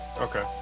Okay